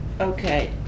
Okay